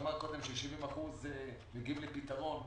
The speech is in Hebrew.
אמרת קודם ש-70% מגיעים לפתרון,